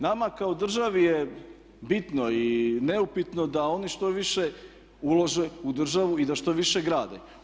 Nama kao državi je bitno i neupitno da oni što više ulože u državu i da što više grade.